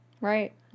Right